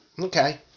okay